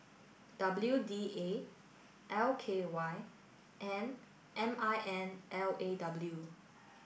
W D A L K Y and M I N L A W